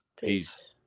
Peace